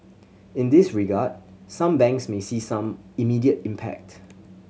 in this regard some banks may see some immediate impact